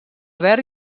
verd